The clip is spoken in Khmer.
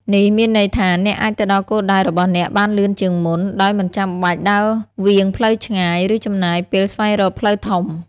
នេះមានន័យថា អ្នកអាចទៅដល់គោលដៅរបស់អ្នកបានលឿនជាងមុន ដោយមិនចាំបាច់ដើរវាងផ្លូវឆ្ងាយ ឬចំណាយពេលស្វែងរកផ្លូវធំ។